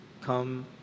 come